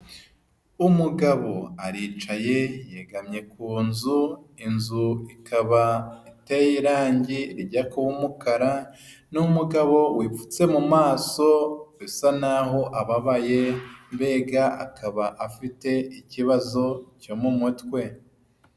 Umugabo aricaye yegamye ku nzu, inzu ikaba iteye irangi rijya kuba umukara. Ni umugabo wipfutse mu maso, usa n'aho ababaye, mbega akaba afite ikibazo cyo mu mutwe.